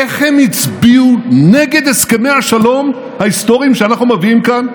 איך הם הצביעו נגד הסכמי השלום ההיסטוריים שאנחנו מביאים כאן?